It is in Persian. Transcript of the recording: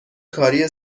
کاری